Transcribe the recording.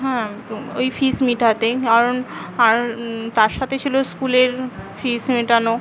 হ্যাঁ ওই ফিস মেটাতে কারণ আর তার সাথে ছিল স্কুলের ফিস মেটানো